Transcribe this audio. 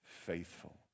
faithful